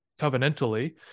covenantally